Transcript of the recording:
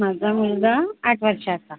माझा मुलगा आठ वर्षाचा